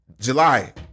July